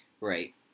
Right